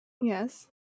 Yes